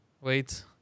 Wait